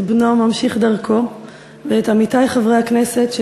את בנו ממשיך דרכו ואת עמיתי חברי הכנסת,